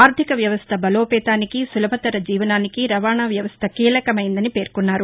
ఆర్టిక వ్యవస్ట బలోపేతానికి సులభతర జీవనానికి రవాణ వ్యవస్థ కీలకమైందని పేర్కొన్నారు